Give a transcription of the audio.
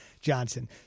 Johnson